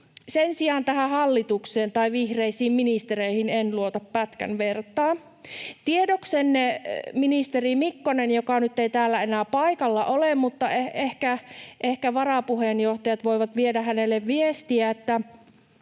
Sen sijaan tähän hallitukseen, tai vihreisiin ministereihin, en luota pätkän vertaa. Tiedoksenne, ministeri Mikkonen — joka nyt ei täällä enää paikalla ole, mutta ehkä varapuheenjohtajat voivat viedä hänelle viestiä — että